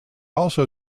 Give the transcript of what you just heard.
also